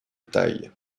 taille